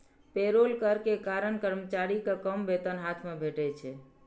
payroll कर के कारण कर्मचारी कें कम वेतन हाथ मे भेटै छै